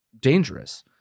dangerous